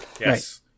Yes